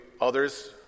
others